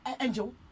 angel